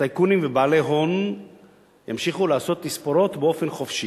שטייקונים ובעלי הון ימשיכו לעשות תספורות באופן חופשי,